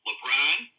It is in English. LeBron